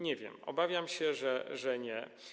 Nie wiem, obawiam się, że nie.